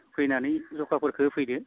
फैनानै जखाफोरखौ होफैदो